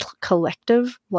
collective